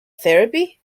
therapy